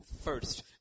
first